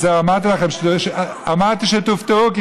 אז זהו, אמרתי לכם שתופתעו, כולנו איתך.